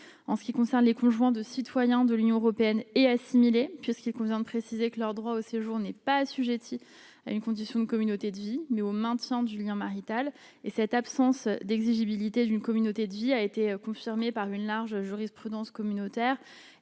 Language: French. en ce qui concerne les conjoints de citoyens de l'Union européenne et puisqu'il convient de préciser que leur droit au séjour n'est pas assujettie à une condition : une communauté de vie mais au maintien du lien marital et cette absence d'exigibilité d'une communauté de vie a été confirmée par une large jurisprudence communautaire